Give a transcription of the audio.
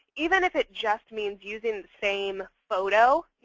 even if it just means using the same photo,